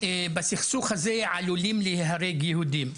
שבסכסוך הזה עלולים להיהרג גם יהודים,